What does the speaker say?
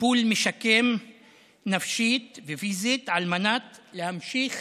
לטיפול משקם נפשי ופיזי על מנת להמשיך